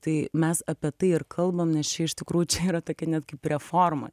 tai mes apie tai ir kalbam nes čia iš tikrųjų čia yra tokia net kaip reforma